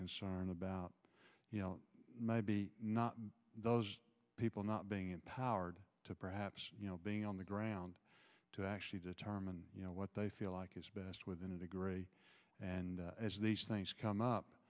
concern about you know maybe not those people not being empowered to perhaps you know being on the ground to actually determine you know what they feel like is best with integrate and as these things come up